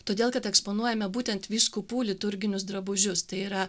todėl kad eksponuojame būtent vyskupų liturginius drabužius tai yra